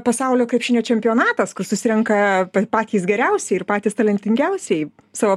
pasaulio krepšinio čempionatas kur susirenka patys geriausi ir patys talentingiausieji savo